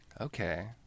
Okay